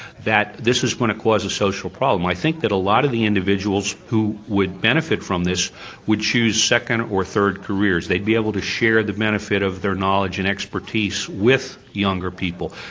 that this is going to cause a social problem. i think that a lot of the individuals who would benefit from this would choose second or third careers, they'd be able to share the benefit of their knowledge and expertise with younger people.